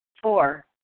Four